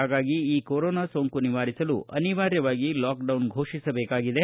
ಹಾಗಾಗಿ ಈ ಕೊರೋನಾ ಸೋಂಕು ನಿವಾರಿಸಲು ಅನಿವಾರ್ಯವಾಗಿ ಲಾಕ್ಡೌನ್ ಫೋಷಿಸಬೇಕಾಗಿದೆ